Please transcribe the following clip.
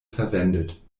verwendet